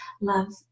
love